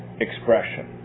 expression